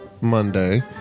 Monday